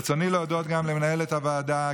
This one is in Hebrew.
ברצוני להודות גם למנהלת הוועדה,